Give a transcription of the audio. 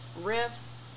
riffs